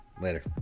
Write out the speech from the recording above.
Later